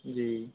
जी